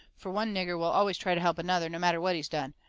fur one nigger will always try to help another no matter what he's done.